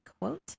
quote